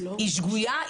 היא שגויה,